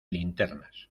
linternas